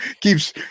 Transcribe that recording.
keeps